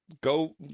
Go